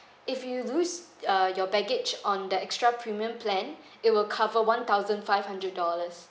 if you lose uh your baggage on the extra premium plan it will cover one thousand five hundred dollars